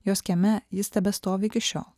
jos kieme jis tebestovi iki šiol